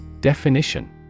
Definition